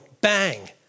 Bang